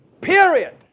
period